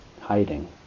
hiding